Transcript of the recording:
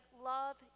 love